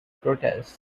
protest